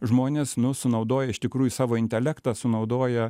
žmonės nu sunaudoja iš tikrųjų savo intelektą sunaudoja